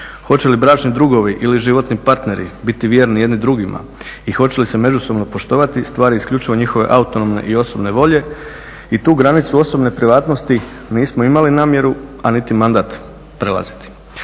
Hoće li bračni drugovi ili životni partneri biti vjerni jedni drugima i hoće li se međusobno poštovati stvar je isključivo njihove autonomne i osobne volje i tu granicu osobne privatnosti nismo imali namjeru a niti mandat prelaziti.